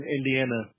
Indiana